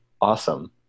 awesome